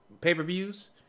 pay-per-views